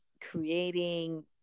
creating